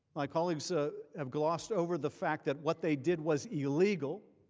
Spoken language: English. my colleagues ah have glossed over the fact that what they did was illegal.